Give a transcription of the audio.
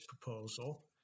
proposal